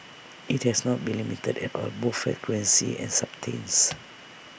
IT has not been limited at all both frequency and substance